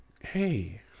hey